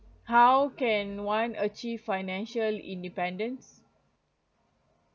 how can one achieve financial independence